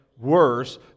worse